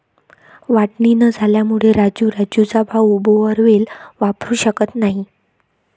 वाटणी न झाल्यामुळे राजू राजूचा भाऊ बोअरवेल वापरू शकत नाही